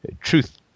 truth